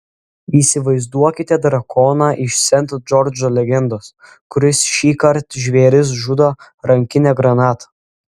įsivaizduokite drakoną iš sent džordžo legendos kuris šįkart žvėris žudo rankine granata